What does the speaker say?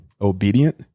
obedient